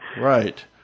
Right